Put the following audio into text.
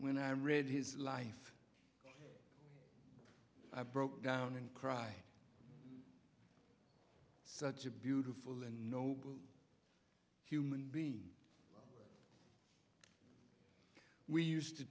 when i read his life i broke down and cry such a beautiful and noble human being we used to